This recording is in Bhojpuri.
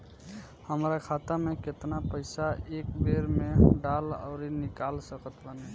हमार खाता मे केतना पईसा एक बेर मे डाल आऊर निकाल सकत बानी?